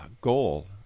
goal